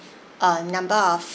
err number of